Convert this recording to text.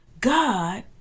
God